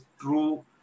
true